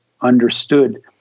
understood